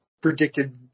predicted